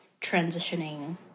transitioning